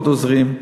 עוד עוזרים,